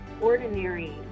ordinary